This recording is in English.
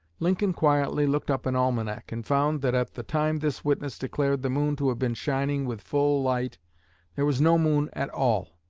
lincoln quietly looked up an almanac, and found that at the time this witness declared the moon to have been shining with full light there was no moon at all.